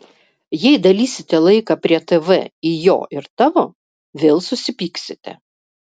jei dalysite laiką prie tv į jo ir tavo vėl susipyksite